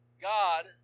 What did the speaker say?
God